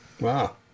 Wow